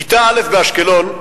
כיתה א' באשקלון,